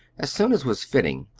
as soon as was fitting,